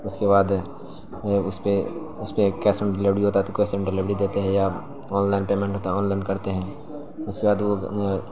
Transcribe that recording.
اس کے بعد اس پہ اس پہ کیس آن ڈلیوری ہوتا ہے تو کیس آن ڈلیوڑی دیتے ہیں یا آنلائن پیمینٹ ہوتا ہے آنلائن کرتے ہیں اس کے بعد وہ